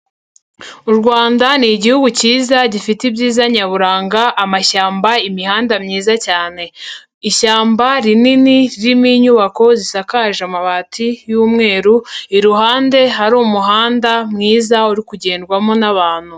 U Rwanda ni Igihugu cyiza gifite ibyiza nyaburanga; amashyamba, imihanda myiza cyane. Ishyamba rinini ririmo inyubako zisakaje amabati y'umweru, iruhande hari umuhanda mwiza, uri kugendwamo n'abantu.